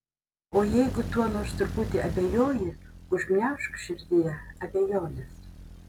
o jeigu tuo nors truputį abejoji užgniaužk širdyje abejones